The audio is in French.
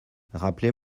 rappelez